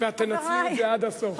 ואת תנצלי את זה עד הסוף.